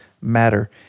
matter